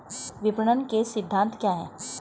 विपणन के सिद्धांत क्या हैं?